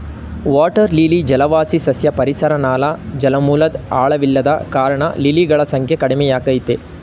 water lily ಜಲವಾಸಿ ಸಸ್ಯ ಪರಿಸರ ನಾಶ ಜಲಮೂಲದ್ ಆಳವಿಲ್ಲದ ಕಾರಣ ಲಿಲಿಗಳ ಸಂಖ್ಯೆ ಕಡಿಮೆಯಾಗಯ್ತೆ